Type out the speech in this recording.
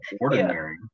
ordinary